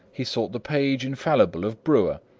he sought the page infallible of brewer,